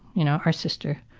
you know? our sister,